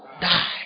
Die